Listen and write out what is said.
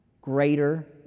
greater